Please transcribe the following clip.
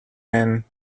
man